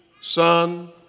Son